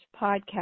podcast